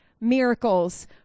miracles